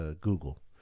Google